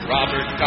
Robert